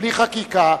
בלי חקיקה,